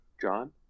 John